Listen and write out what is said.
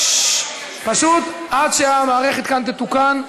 פשוט, עד שהמערכת כאן תתוקן,